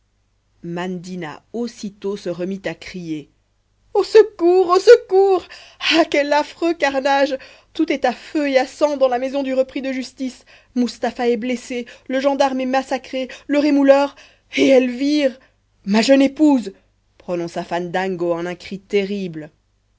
mandina aussitôt se remit à crier au secours au secours ah quel affreux carnage tout est à feu et à sang dans la maison du repris de justice mustapha est blessé le gendarme est massacré le rémouleur et elvire ma jeune épouse prononça fandango en un cri terrible